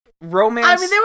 romance